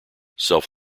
self